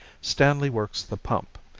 stanley works the pump.